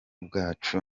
bwacu